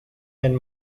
and